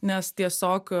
nes tiesiog